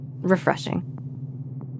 Refreshing